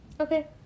okay